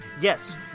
yes